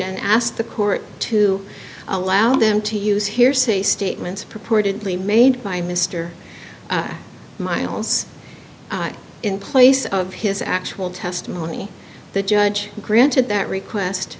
and asked the court to allow them to use hearsay statements purportedly made by mister miles in place of his actual testimony the judge granted that request